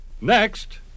Next